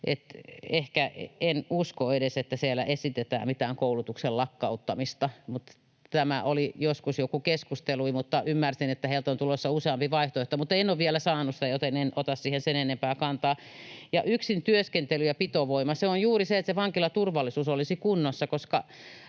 En usko edes, että siellä esitetään mitään koulutuksen lakkauttamista, mikä oli joskus joku keskustelu, ja ymmärsin, että heiltä on tulossa useampi vaihtoehto, mutta en ole vielä saanut niitä, joten en ota siihen sen enempää kantaa. Ja yksin työskentely ja pitovoima: Se on juuri se, että vankilaturvallisuus olisi kunnossa,